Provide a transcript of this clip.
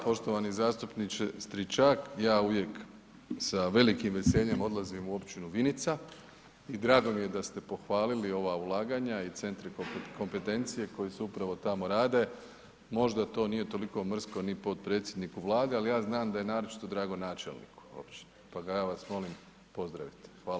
Poštovani zastupniče Stričak, ja uvijek sa velikim veseljem odlazim u općinu Vinica i drago mi je da ste pohvalili ova ulaganja i centri poput kompetencije koji se upravo tamo rade, možda to nije toliko mrsko ni potpredsjedniku Vlade, ali ja znam da je naročito drago načelniku općine, pa ga ja vas molim pozdravite.